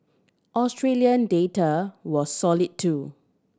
Australian data was solid too